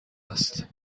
است